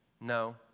No